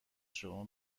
شما